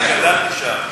אני גדלתי שם.